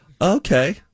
Okay